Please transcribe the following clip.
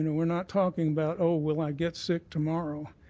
we're not talking about oh, will i get sick tomorrow.